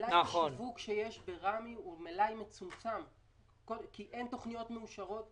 מלאי השיווק שיש ברמ"י הוא מלאי מצומצם כי אין תוכניות מאושרות.